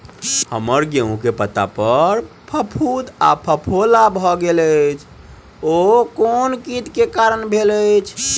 हम्मर गेंहूँ केँ पत्ता पर फफूंद आ फफोला भऽ गेल अछि, ओ केँ कीट केँ कारण भेल अछि?